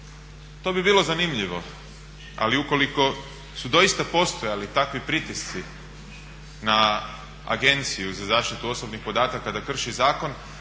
to bi bilo zanimljivo ali ukoliko su doista postojali takvi pritisci na Agenciju za zaštitu osobnih podataka da krši zakon